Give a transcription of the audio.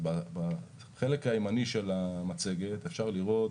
בחלק הימני של המצגת אפשר לראות